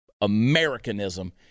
Americanism